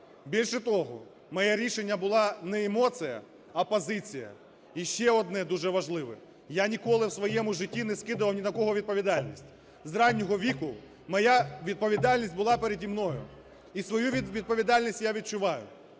Більше того, моє рішення було не емоція, а позиція. І ще одне дуже важливе. Я ніколи в своєму житті не скидував ні на кого відповідальність. З раннього віку моя відповідальність була переді мною і свою відповідальність я відчуваю.